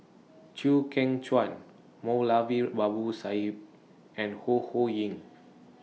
Chew Kheng Chuan Moulavi Sahib and Ho Ho Ying